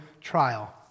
trial